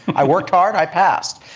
i worked hard, i passed.